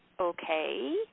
okay